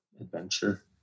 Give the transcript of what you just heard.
adventure